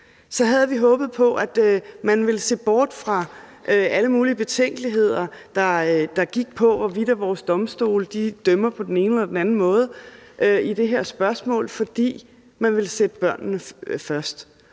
havde vi håbet på, at man ville se bort fra alle mulige betænkeligheder, der gik på, hvorvidt vores domstole dømmer på den ene eller den anden måde i det her spørgsmål, fordi man ville sætte børnene først